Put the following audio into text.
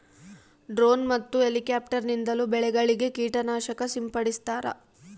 drone ಮತ್ತು helicopter ನಿಂದಲೂ ಬೆಳೆಗಳಿಗೆ ಕೀಟ ನಾಶಕ ಸಿಂಪಡಿಸ್ತಾರ